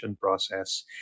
process